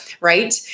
right